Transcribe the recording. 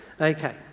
Okay